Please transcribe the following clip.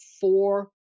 four